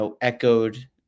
echoed